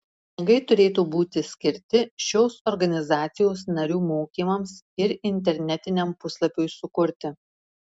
pinigai turėtų būti skirti šios organizacijos narių mokymams ir internetiniam puslapiui sukurti